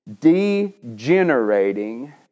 degenerating